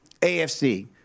AFC